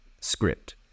script